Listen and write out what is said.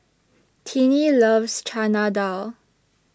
Tennie loves Chana Dal